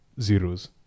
zeros